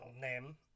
name